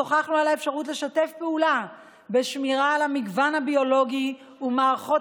שוחחנו על האפשרות לשתף פעולה בשמירה על המגוון הביולוגי ומערכות